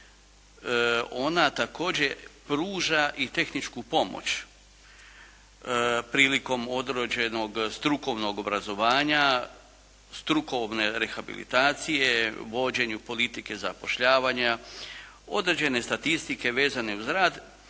ona također pruža i tehničku pomoć prilikom određenog strukovnog obrazovanja, strukovne rehabilitacije, vođenju politike zapošljavanja, određene statistike vezane uz rad